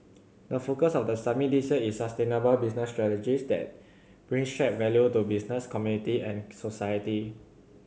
the focus of the summit this year is sustainable business strategies that bring shared value to business community and society